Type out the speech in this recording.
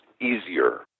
easier